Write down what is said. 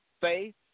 Faith